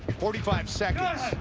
forty five seconds.